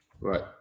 right